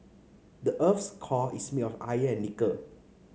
the earth's core is made of iron and nickel